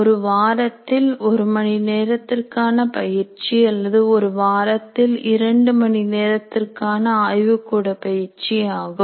ஒரு வாரத்தில் ஒரு மணி நேரத்திற்கான பயிற்சி அல்லது ஒரு வாரத்தில் இரண்டு மணி நேரத்திற்கான ஆய்வுகூட பயிற்சி ஆகும்